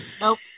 Nope